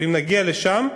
אם נגיע לשם,